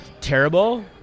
terrible